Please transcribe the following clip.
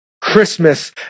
Christmas